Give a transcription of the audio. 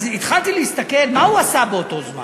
אז התחלתי להסתכל מה הוא עשה באותו זמן.